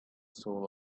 soul